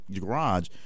garage